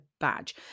badge